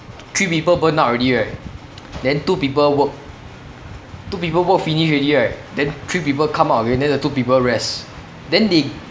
three people burn out already right then two people work two people work finish already right then three people come out again then the two people rest then they